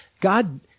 God